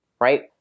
right